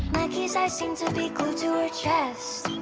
mikey's eyes seem to be glued to her chest